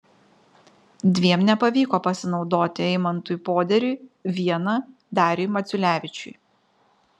dviem nepavyko pasinaudoti eimantui poderiui viena dariui maciulevičiui